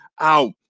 out